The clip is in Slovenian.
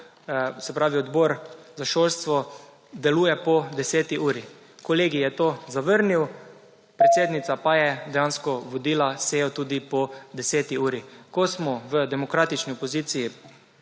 ali lahko odbor za šolstvo deluje po 10. uri. Kolegij je to zavrnil, predsednica pa je dejansko vodila sejo tudi po 10. uri. Ko smo v demokratični opoziciji